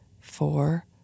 four